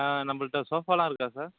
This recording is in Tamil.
ஆ நம்மள்ட்ட சோஃபாயெலாம் இருக்கா சார்